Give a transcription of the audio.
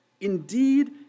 Indeed